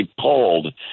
pulled